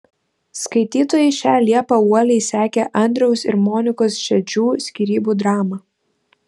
skaitytojai šią liepą uoliai sekė andriaus ir monikos šedžių skyrybų dramą